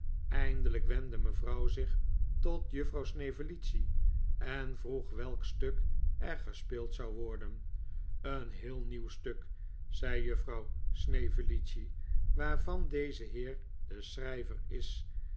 eindelijk wendde mevrouw zich tot juffrouw snevellicci en vroeg welk stuk er gespeeld zou worden een heel nieuw stuk zei juffrouw snevellicci waarvan deze heer de schrijver is